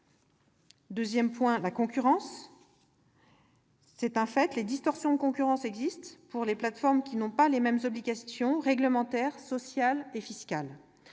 D'autre part, sur la concurrence : c'est un fait, les distorsions de concurrence existent pour les plateformes qui n'ont pas les mêmes obligations réglementaires, sociales et fiscales.